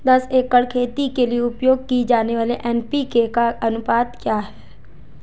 दस एकड़ खेती के लिए उपयोग की जाने वाली एन.पी.के का अनुपात क्या होगा?